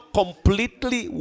completely